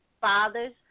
fathers